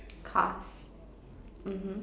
cars mmhmm